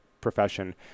profession